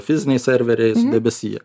fiziniai serveriai debesija